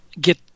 get